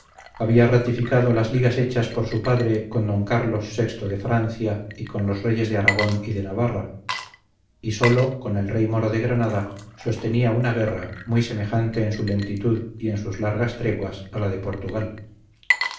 había ratificado las ligas hechas por su padre con don carlos vi de francia y con los reyes de aragón y de navarra y sólo con el rey moro de granada sostenía una guerra muy semejante en su lentitud y en sus largas treguas a la de portugal